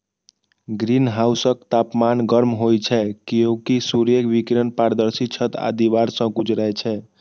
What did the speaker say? ग्रीनहाउसक तापमान गर्म होइ छै, कियैकि सूर्य विकिरण पारदर्शी छत आ दीवार सं गुजरै छै